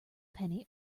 penny